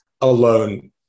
alone